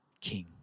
King